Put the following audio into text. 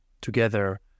together